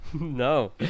no